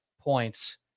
points